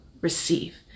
receive